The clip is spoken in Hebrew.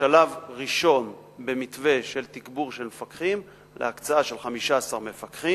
כשלב ראשון במתווה של תגבור של מפקחים להקצאה של 15 מפקחים.